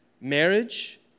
marriage